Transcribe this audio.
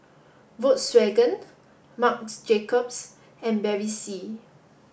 Volkswagen Marc Jacobs and Bevy C